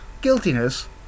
Guiltiness